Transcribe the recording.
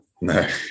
No